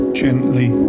gently